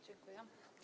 Dziękuję.